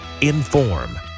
Inform